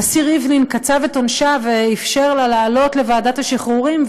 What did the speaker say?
הנשיא ריבלין קצב את עונשה ואפשר לה לעלות לוועדת השחרורים,